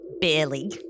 Barely